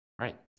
Right